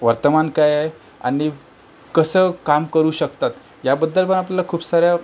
वर्तमान काय आहे आणि कसं काम करू शकतात याबद्दल पण आपल्याला खूप साऱ्या